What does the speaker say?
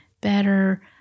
better